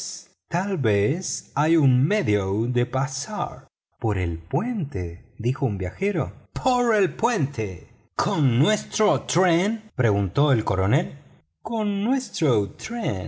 tal vez hay un medio de pasar por el puente dijo un viajero por el puente con nuestro tren preguntó el coronel con nuestro